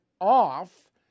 off